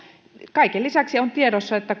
kaiken lisäksi on tiedossa